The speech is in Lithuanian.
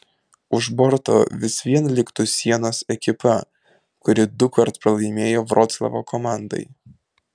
už borto vis vien liktų sienos ekipa kuri dukart pralaimėjo vroclavo komandai